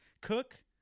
Cook